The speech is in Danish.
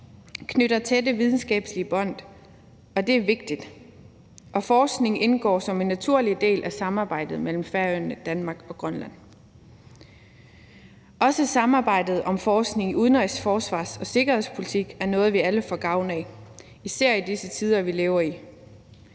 knytter tætte videnskabelige bånd, og det er vigtigt, og forskning indgår som en naturlig del af samarbejdet mellem Færøerne, Danmark og Grønland. Også samarbejdet om forskning i udenrigs-, forsvars- og sikkerhedspolitik er noget, vi alle får gavn af, især i de tider, vi lever i.